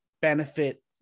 benefit